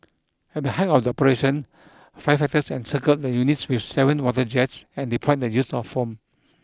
at the height of the operation firefighters encircled the units with seven water jets and deployed the use of foam